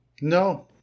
No